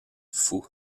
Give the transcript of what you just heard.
fou